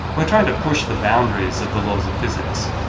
we're trying to push the boundaries of the laws of physics.